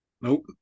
Nope